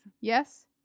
Yes